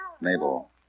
Mabel